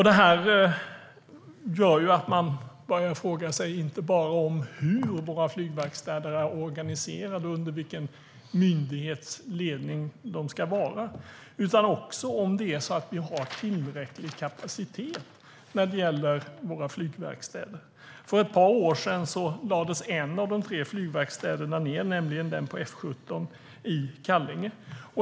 Detta gör att man frågar sig inte bara hur flygverkstäderna är organiserade och under vilken myndighets ledning de ska vara, utan också om vi har tillräcklig kapacitet på flygverkstäderna. För ett par år sedan lades en av de tre flygverkstäderna ned, nämligen den på F 17 i Kallinge.